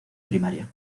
primaria